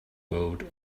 wrote